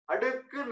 Adik